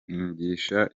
nigisha